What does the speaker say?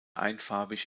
einfarbig